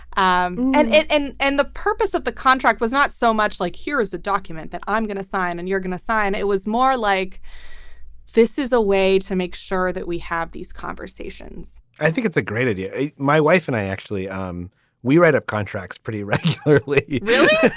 um and and and the purpose of the contract was not so much like here is the document that i'm gonna sign and you're gonna sign it was more like this is a way to make sure that we have these conversations i think it's a great idea. my wife and i actually um we write up contracts pretty regularly. you